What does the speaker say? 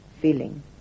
feeling